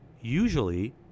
usually